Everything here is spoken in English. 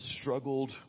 struggled